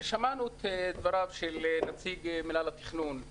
שמענו את דבריו של נציג מנהל התכנון,